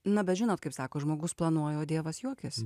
na bet žinot kaip sako žmogus planuoja dievas juokiasi